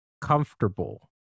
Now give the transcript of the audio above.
comfortable